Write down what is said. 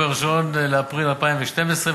ב-1 באפריל 2012,